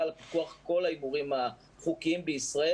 לפיקוח על כל ההימורים החוקיים בישראל.